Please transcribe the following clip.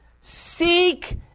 Seek